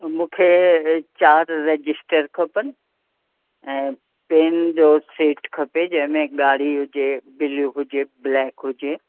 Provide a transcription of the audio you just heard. मूंखे चारि रजिस्टर खपनि ऐं पेन जो सेट खपे जंहिंमें गाढ़ी हुजे ब्लू हुजे ब्लैक हुजे